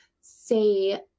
say